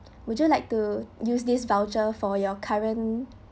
would you like to use this voucher for your current